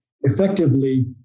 effectively